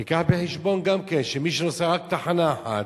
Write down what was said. תביא בחשבון גם כן שמי שנוסע רק תחנה אחת,